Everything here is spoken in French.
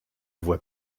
voie